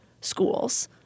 schools